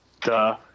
Duh